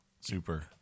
super